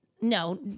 No